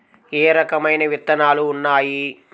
ఏ రకమైన విత్తనాలు ఉన్నాయి?